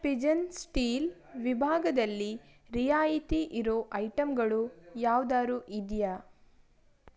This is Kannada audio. ಪಿಜನ್ ಸ್ಟೀಲ್ ವಿಭಾಗದಲ್ಲಿ ರಿಯಾಯಿತಿ ಇರೋ ಐಟಂಗಳು ಯಾವ್ದಾದ್ರೂ ಇದೆಯಾ